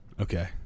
Okay